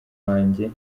wanjye